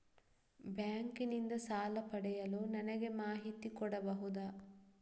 Bank ನಿಂದ ಸಾಲ ಪಡೆಯಲು ನನಗೆ ಮಾಹಿತಿ ಕೊಡಬಹುದ?